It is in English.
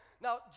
Now